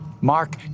Mark